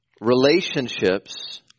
relationships